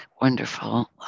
wonderful